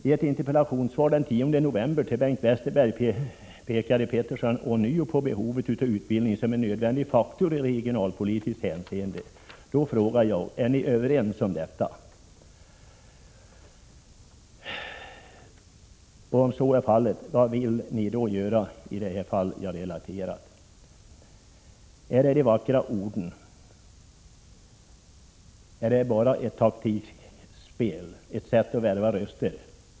I ett interpellationssvar den 10 november till Bengt Westerberg pekade Thage Peterson på nytt på behovet av utbildning som en nödvändig faktor i regionalpolitiskt hänseende. Jag vill fråga: Är ni överens om detta? Om så är fallet, vad vill ni göra i det fall jag relaterade? Är det bara fråga om vackra ord, ett taktiskt spel och ett sätt att värva röster?